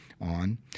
on